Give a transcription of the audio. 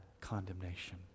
condemnation